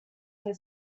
their